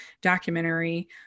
Documentary